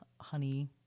honey